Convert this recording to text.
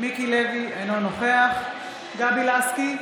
מיקי לוי, אינו נוכח גבי לסקי,